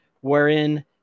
wherein